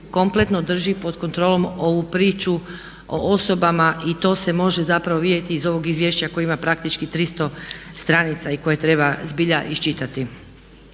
kompletno drži pod kontrolom ovu priču o osobama i to se može zapravo vidjeti iz ovog izvješća koje ima praktički 300 stranica i koje treba zbilja iščitati.